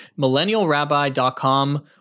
millennialrabbi.com